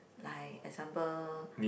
like example